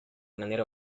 manera